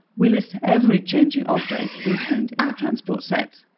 we list every changing object contained in the transport set.